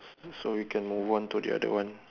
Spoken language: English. so we can move on to the other one